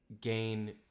gain